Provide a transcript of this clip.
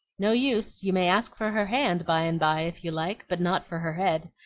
no use you may ask for her hand by-and-by, if you like, but not for her head.